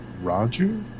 Roger